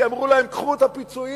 כי אמרו להם: קחו את הפיצויים,